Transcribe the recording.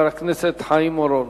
חבר הכנסת חיים אורון.